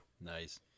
Nice